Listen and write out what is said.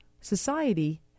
society